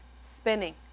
spinning